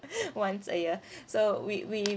once a year so we we